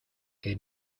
que